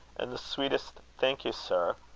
and the sweetest thank you, sir,